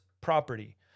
property